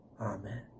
Amen